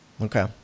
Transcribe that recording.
Okay